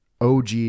OG